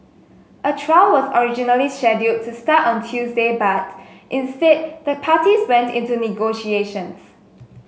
a trial was originally scheduled to start on Tuesday but instead the parties went into negotiations